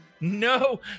No